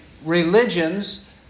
Religions